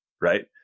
right